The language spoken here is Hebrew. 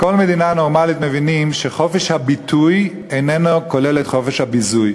בכל מדינה נורמלית מבינים שחופש הביטוי איננו כולל את חופש הביזוי,